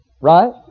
Right